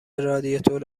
رادیاتور